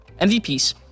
MVPs